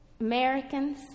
Americans